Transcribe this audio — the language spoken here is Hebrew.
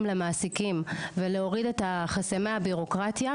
למעסיקים ולהוריד את החסמי הבירוקרטיה,